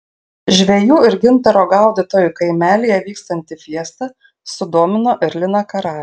žvejų ir gintaro gaudytojų kaimelyje vykstanti fiesta sudomino ir liną karalių